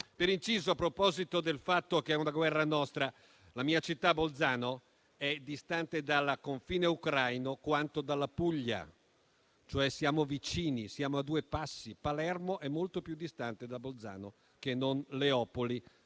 Per inciso, a proposito del fatto che è una guerra nostra, la mia città, Bolzano, è distante dal confine ucraino quanto dalla Puglia, cioè siamo vicini, siamo a due passi, Palermo è molto più distante da Bolzano che non Leopoli.